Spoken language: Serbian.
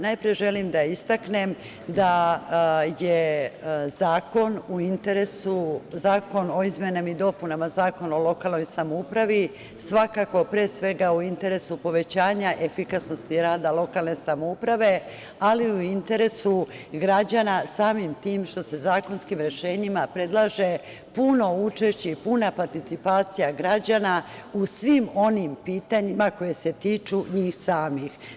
Najpre želim da istaknem da je zakon o izmenama i dopunama Zakona o lokalnoj samoupravi svakako pre svega u interesu povećanja efikasnosti rada lokalne samouprave, ali i u interesu građana samim tim što se zakonskim rešenjima predlaže puno učešće i puna participacija građana u svim onim pitanjima koja se tiču njih samih.